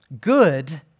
good